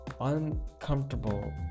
uncomfortable